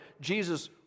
Jesus